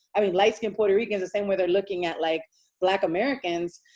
i mean, like in puerto rico, the same way they're looking at like black americans.